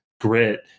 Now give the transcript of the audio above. grit